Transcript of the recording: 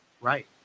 right